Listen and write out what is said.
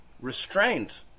restraint